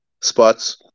spots